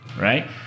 right